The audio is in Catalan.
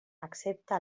excepte